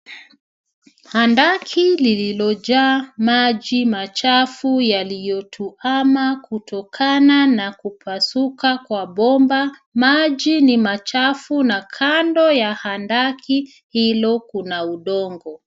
Handaki lililojaa maji machafu yaliyotuama kutokana na kupasuka kwa bomba. Maji ni machafu na kando ya handaki hilo kuna udongo.